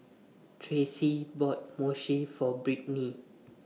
Tracee bought Mochi For Brittni